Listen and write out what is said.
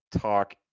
talk